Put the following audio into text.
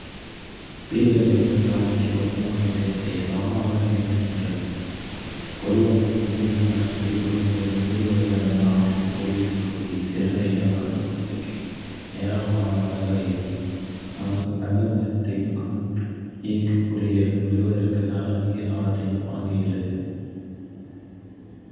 பீவர்கள் தங்கள் அணைக்கு பொருத்தமான இடத்தை கவனமாகத் தேர்ந்தெடுக்கின்றன, பொதுவாக மென்மையான சரிவுடன் ஒரு நீரோடை அல்லது ஆற்றின் குறுகிய பகுதி. சிறந்த இடம் கட்டுமானத்திற்கு ஏராளமான மரங்களையும், அவர்களின் தங்குமிடத்திற்கு நீருக்கடியில் நுழைவதற்கு நல்ல நீர் ஆழத்தையும் வழங்குகிறது.